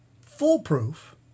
foolproof